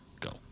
go